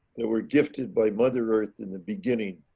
that were gifted by mother earth in the beginning.